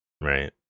right